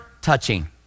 touching